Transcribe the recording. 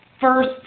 first